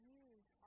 use